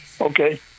Okay